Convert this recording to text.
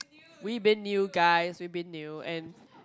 We Been New guys We Been New and